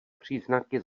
příznaky